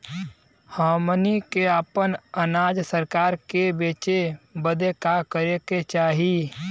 हमनी के आपन अनाज सरकार के बेचे बदे का करे के चाही?